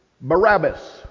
Barabbas